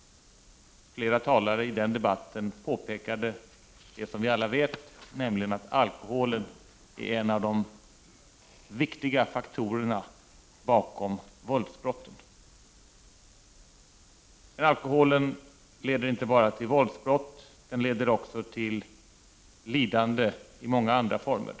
Flera talare påpekade i den debatten det som vi alla vet, nämligen att alkohol är en av de viktiga faktorerna bakom våldsbrotten. Alkohol leder inte bara till våldsbrott. Den leder också till lidande i många andra former.